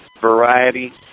variety